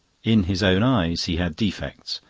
in his own eyes he had defects,